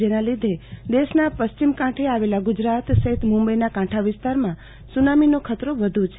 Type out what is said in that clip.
જેના લીધે દેશના પશ્ચિમ કાંઠે આવેલા ગુજરાત સહિત મુંબઈના કાંઠા વિસ્તારમાં સુનામીનો ખતરો વધુ છે